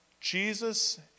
Jesus